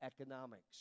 economics